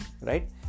right